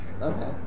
Okay